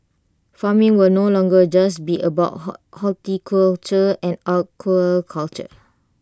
farming will no longer just be about horticulture or aquaculture